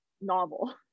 novel